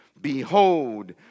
Behold